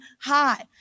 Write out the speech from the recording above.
high